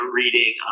reading